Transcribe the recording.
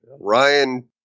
Ryan